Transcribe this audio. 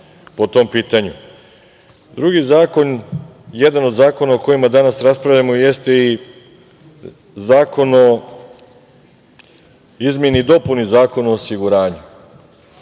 zakon, jedan od zakona o kojima danas raspravljamo jeste i zakon o izmeni i dopuni Zakona o osiguranju.